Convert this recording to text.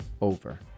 over